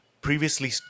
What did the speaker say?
previously